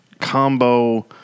combo